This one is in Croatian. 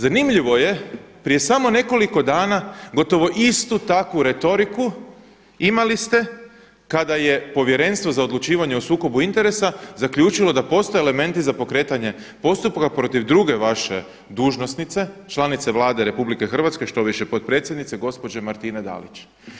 Zanimljivo je, prije samo nekoliko dana gotovo istu takvu retoriku imali ste kada je Povjerenstvo za odlučivanje o sukobu interesa zaključilo da postoje elementi za pokretanje postupka protiv druge vaše dužnosnice, članice Vlade Republike Hrvatske što više potpredsjednice gospođe Martine Dalić.